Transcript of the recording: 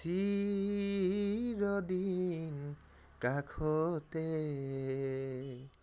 চিৰদিন কাষতে